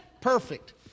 Perfect